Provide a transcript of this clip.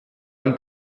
ein